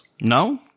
no